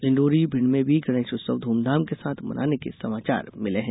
डिण्डोरी भिंड में भी गणेश उत्सव धूमधाम के साथ मनाने के समाचार मिले हैं